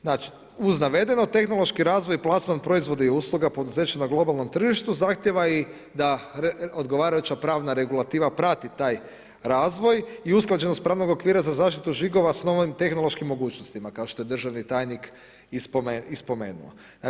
Znači, uz navedeno tehnološki razvoj i plasman proizvoda i usluga poduzeća na globalnom tržištu zahtjeva da i odgovarajuća pravna regulativa prati taj razvoj i usklađenost pravnog okvira za zaštitu žigova s novim tehnološkim mogućnostima kao što je državni tajnik i spomenuo.